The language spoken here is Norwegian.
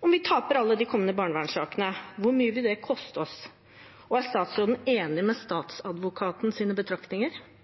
Om vi taper alle de kommende barnevernssakene – hvor mye vil det koste oss? Og er statsråden enig i statsadvokatens betraktninger,